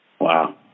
Wow